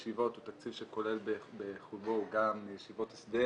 כי תקציב הישיבות הוא תקציב שכולל בחובו גם ישיבות הסדר